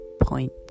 point